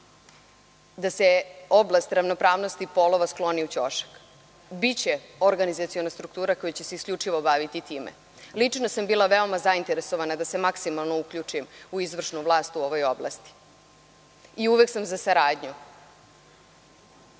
da se oblast ravnopravnosti polova skloni u ćošak. Biće organizaciona struktura koja će se isključivo baviti time. Lično sam bila veoma zainteresovana da se maksimalno uključim u izvršnu vlast u ovoj oblasti. Uvek sam za saradnju,